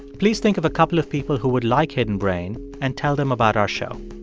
please think of a couple of people who would like hidden brain, and tell them about our show.